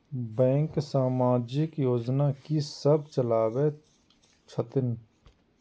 Bank समाजिक योजना की सब चलावै छथिन?